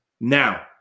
Now